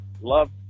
Love